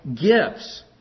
gifts